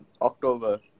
October